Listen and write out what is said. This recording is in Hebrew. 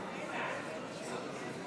ההצבעה על הצעת החוק של חבר הכנסת גדעון